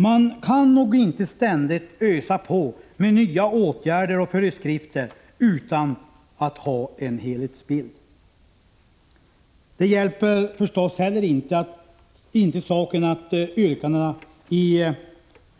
Man kan inte ständigt ösa på med nya åtgärder och föreskrifter utan att ha en helhetsbild. Det hjälper heller inte upp situationen att yrkanden i